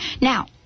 now